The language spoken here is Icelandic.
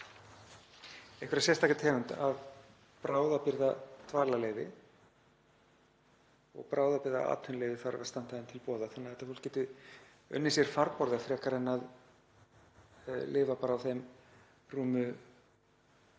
einhverja sérstaka tegund af bráðabirgðadvalarleyfi og bráðabirgðaatvinnuleyfi þarf að standa þeim til boða þannig að þetta fólk geti séð sér farborða frekar en að lifa bara á þeim rúmu